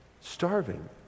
starving